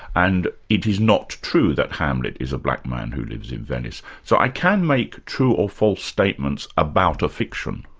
and it is not true that hamlet is a black man who lives in venice. so i can make true or false statements about a fiction.